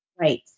right